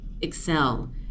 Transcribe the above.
excel